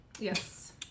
Yes